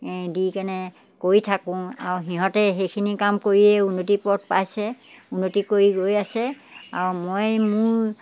দি কেনে কৰি থাকোঁ আৰু সিহঁতে সেইখিনি কাম কৰিয়েই উন্নতিৰ পথ পাইছে উন্নতি কৰি গৈ আছে আৰু মই মোৰ